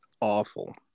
Awful